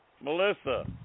Melissa